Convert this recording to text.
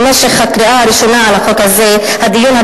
במשך הקריאה הראשונה על החוק הזה,